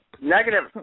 Negative